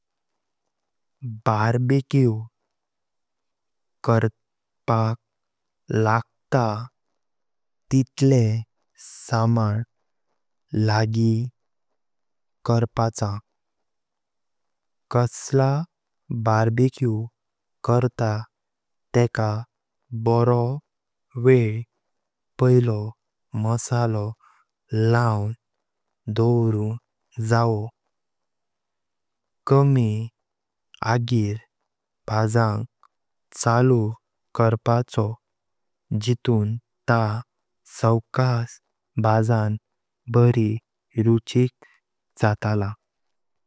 बार्बेक्यू काउँग लागू तिटल सामान लागी करपाचा। कसला बार्बेक्यू करता तेका बारो वेळ पायलो मसालो लाऊन दावरुंग जावो। कामी आगीर भजांग चालू करपाचो जित्र सावकाश भजांण बारी रुचीक जातला।